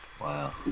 Wow